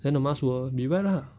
then the mask will be wet lah